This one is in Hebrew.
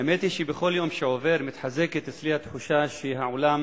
האמת היא שבכל יום שעובר מתחזקת אצלי התחושה שהעולם